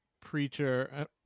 Preacher